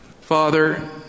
Father